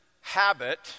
habit